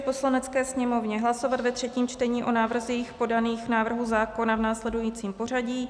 Poslanecké sněmovně hlasovat ve třetím čtení o návrzích podaných k návrhu zákona v následujícím pořadí: